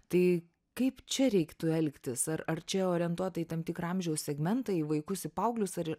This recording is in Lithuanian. tai kaip čia reiktų elgtis ar ar čia orientuota į tam tikrą amžiaus segmentą į vaikus į paauglius ar į